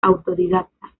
autodidacta